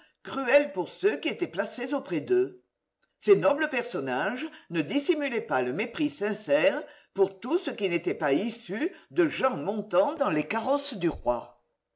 cruels pour ceux qui étaient placés auprès d'eux ces nobles personnages ne dissimulaient pas le mépris sincère pour tout ce qui n'était pas issu de gens montant dans les carrosses du roi